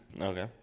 okay